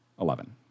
eleven